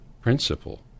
principle